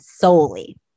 solely